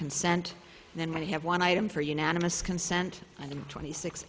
consent then we have one item for unanimous consent twenty six